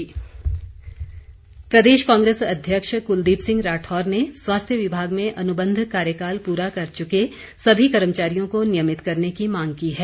राठौर प्रदेश कांग्रेस अध्यक्ष कुलदीप सिंह राठौर ने स्वास्थ्य विभाग में अनुबंध कार्यकाल पूरा कर चुके सभी कर्मचारियों को नियमित करने की मांग की है